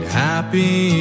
happy